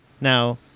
Now